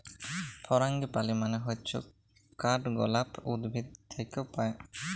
ফারাঙ্গিপালি মানে হচ্যে কাঠগলাপ উদ্ভিদ থাক্যে পায়